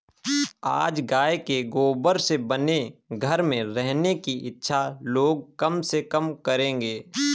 आज गाय के गोबर से बने घर में रहने की इच्छा लोग कम से कम करेंगे